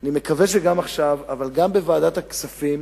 אני מקווה שגם עכשיו, אבל גם בוועדת הכספים,